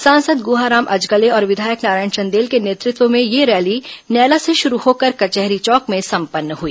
सांसद गुहाराम अजगले और विधायक नारायण चन्देल के नेतृत्व में यह रैली नैला से शुरू होकर कचहरी चौक में संपन्न हुई